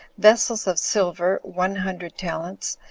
vessels of silver one hundred talents,